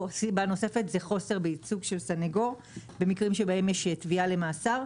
סיבה נוספת היא חוסר בייצוג של סניגור במקרים שבהם יש תביעה למאסר.